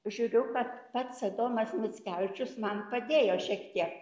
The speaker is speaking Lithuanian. žiūriu kad pats adomas mickevičius man padėjo šiek tiek